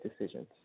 decisions